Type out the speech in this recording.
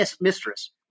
mistress